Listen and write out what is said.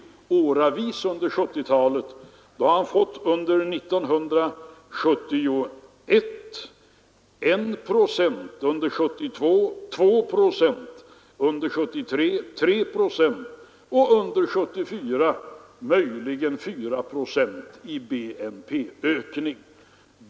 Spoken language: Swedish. Skulle han i stället ha visat upp varje år för sig under 1970-talet, hade han fått fram 1 procent under 1971, 2 procent under 1972, 3 procent under 1973 och möjligen 4 procent i BNP-ökning år 1974.